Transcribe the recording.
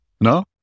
No